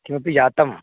किमपि जातं